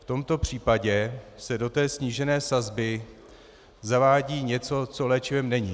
V tomto případě se do snížené sazby zavádí něco, co léčivem není.